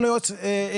אין לו יועץ פנסיוני,